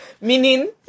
Meaning